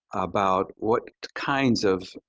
about what kinds of